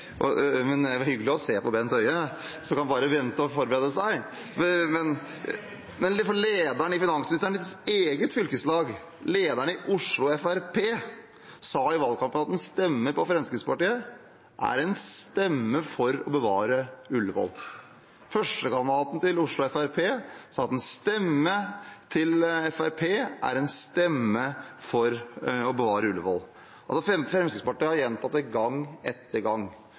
Men det er hyggelig å se på Bent Høie, så han kan bare vente og forberede seg! Lederen i finansministerens eget fylkeslag, lederen i Oslo Fremskrittsparti, sa i valgkampen at en stemme på Fremskrittspartiet er en stemme for å bevare Ullevål. Førstekandidaten til Oslo Fremskrittsparti sa at en stemme til Fremskrittspartiet er en stemme for å bevare Ullevål. Fremskrittspartiet har altså gjentatt det gang etter gang.